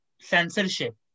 censorship